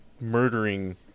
murdering